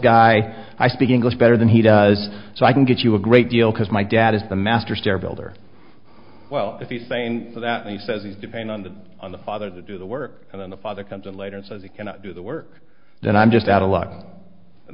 guy i speak english better than he does so i can get you a great deal because my dad is the master stair builder well if he's saying that and he says he's depending on the on the father to do the work and then the father comes in later and says he cannot do the work then i'm just not a l